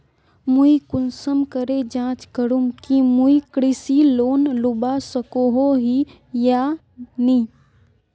मुई कुंसम करे जाँच करूम की मुई कृषि लोन लुबा सकोहो ही या नी?